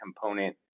component